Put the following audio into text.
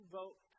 vote